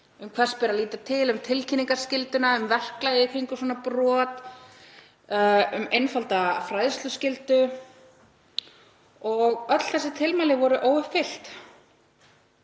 um hvers beri að líta til, um tilkynningarskylduna, um verklagið í kringum svona brot, um einfalda fræðsluskyldu. Öll þessi tilmæli voru óuppfyllt,